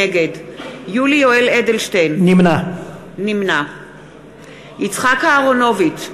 נגד יולי יואל אדלשטיין, נמנע יצחק אהרונוביץ,